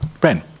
Ben